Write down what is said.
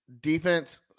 defense